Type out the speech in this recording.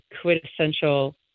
quintessential